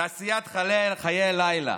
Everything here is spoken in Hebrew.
תעשיית חיי הלילה,